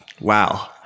Wow